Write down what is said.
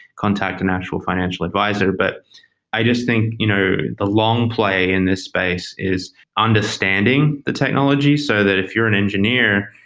contact a national financial adviser, but i just think you know the long play in the space is understanding the technology, so that if you're an engineer,